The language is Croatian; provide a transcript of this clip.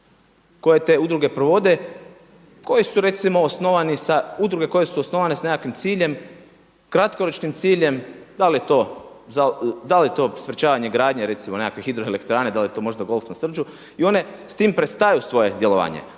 sa udruge koje su osnovane sa nekakvim ciljem, kratkoročnim ciljem. Da li je to sprečavanje gradnje recimo nekakve hidroelektrane, da li je to možda golf na Srđu i one s tim prestaju svoje djelovanje,